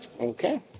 Okay